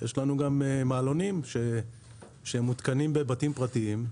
יש לנו גם מעלונים שהם מותקנים בבתים פרטיים,